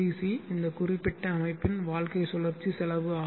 C இந்த குறிப்பிட்ட அமைப்பின் வாழ்க்கைச் சுழற்சி செலவு ஆகும்